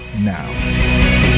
now